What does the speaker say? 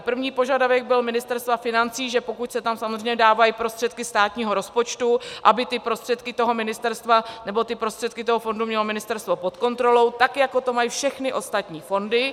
První požadavek byl Ministerstva financí, že pokud se tam samozřejmě dávají prostředky státního rozpočtu, aby prostředky toho ministerstva nebo prostředky toho fondu mělo ministerstvo pod kontrolou tak, jako to mají všechny ostatní fondy.